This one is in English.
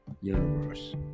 universe